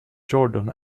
jordan